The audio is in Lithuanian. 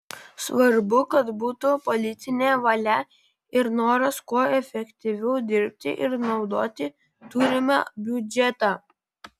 svarbu kad būtų politinė valia ir noras kuo efektyviau dirbti ir naudoti turimą biudžetą